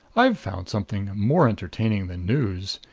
i've found something more entertaining than news.